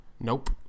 Nope